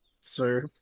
sir